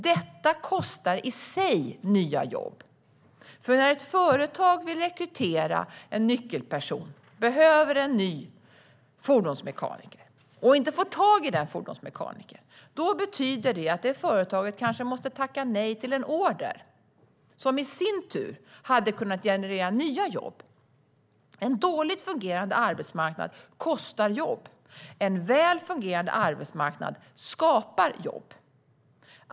Detta kostar i sig nya jobb, för när ett företag vill rekrytera en nyckelperson - säg att man behöver en fordonsmekaniker - och inte får tag i den personen betyder det att företaget kanske måste tacka nej till en order som i sin tur hade kunnat generera nya jobb. En dåligt fungerade arbetsmarknad kostar jobb. En välfungerande arbetsmarknad skapar jobb.